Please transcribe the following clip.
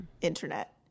Internet